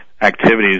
activities